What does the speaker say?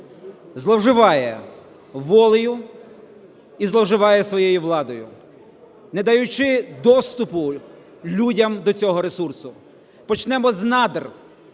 зловживає волею і зловживає своєю владою, не даючи доступу людям до цього ресурсу. Почнемо з надр.